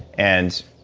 and